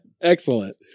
Excellent